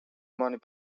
mani